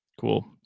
cool